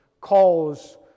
calls